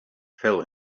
fell